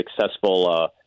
successful